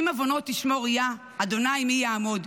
אם עוֹנות תשמר יה, ה' מי יעמֹד.